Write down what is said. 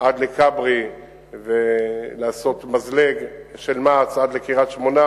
עד לכברי ולעשות מזלג של מע"צ עד לקריית-שמונה